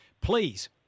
Please